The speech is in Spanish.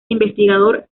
investigador